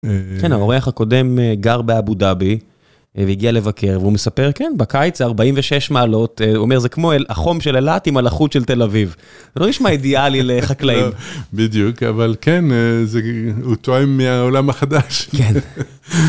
כן, האורח הקודם גר באבו-דאבי והגיע לבקר והוא מספר, כן, בקיץ זה 46 מעלות, הוא אומר, זה כמו החום של אילת עם הלחות של תל אביב. זה לא נשמע אידיאלי לחקלאים. בדיוק, אבל כן, הוא טועם מהעולם החדש. כן.